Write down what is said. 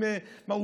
מה,